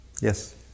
Yes